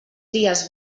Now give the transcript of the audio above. dies